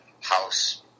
house